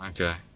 Okay